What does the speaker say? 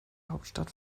hauptstadt